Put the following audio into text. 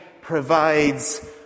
provides